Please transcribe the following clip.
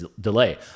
delay